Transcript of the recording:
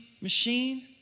machine